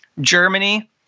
Germany